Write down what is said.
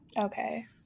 Okay